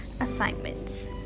assignments